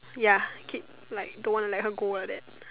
ya keep like don't want to let her go like that